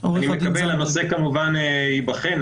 הנושא כמובן ייבחן.